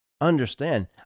Understand